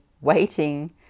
waiting